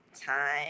time